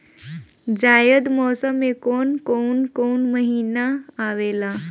जायद मौसम में कौन कउन कउन महीना आवेला?